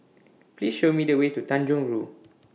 Please Show Me The Way to Tanjong Rhu